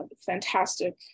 fantastic